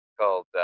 called